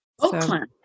Oakland